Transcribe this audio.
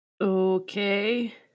Okay